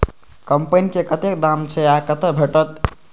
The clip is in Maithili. कम्पेन के कतेक दाम छै आ कतय भेटत?